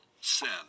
sin